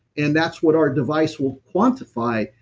and that's what our device will quantify,